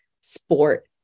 sport